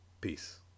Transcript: Peace